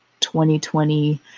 2020